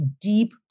deep